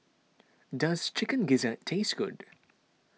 does Chicken Gizzard taste good